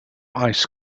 ice